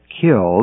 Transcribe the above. killed